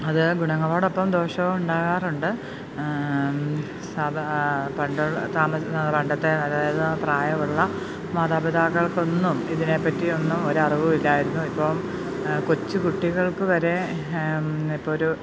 അത് ഗുണങ്ങളോടൊപ്പം ദോഷവും ഉണ്ടാകാറുണ്ട് സാധാരണ പണ്ടുള്ള പണ്ടത്തെ അതായത് പ്രായമുള്ള മാതാപിതാക്കൾക്കൊന്നും ഇതിനെപ്പറ്റിയൊന്നും ഒരറിവും ഇല്ലായിരുന്നു ഇപ്പം കൊച്ചു കുട്ടികൾക്ക് വരെ ഇപ്പൊഴൊരു